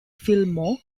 fillmore